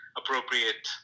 appropriate